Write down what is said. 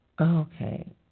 Okay